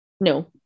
no